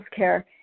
healthcare